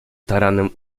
taranem